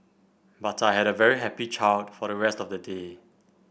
but I had a very happy child for the rest of the day